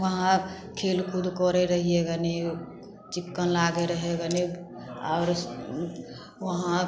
वहाँ खेल कूद करे रहिए गने चिक्कन लागे रहै गने आओर वहाँ